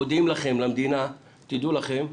מודיעים לכם, למדינה: תדעו לכם,